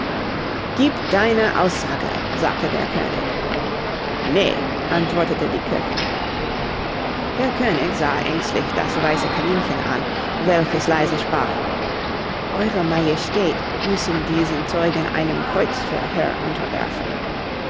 gieb deine aussage sagte der könig ne antwortete die köchin der könig sah ängstlich das weiße kaninchen an welches leise sprach eure majestät müssen diesen zeugen einem kreuzverhör unterwerfen